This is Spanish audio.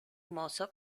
mozo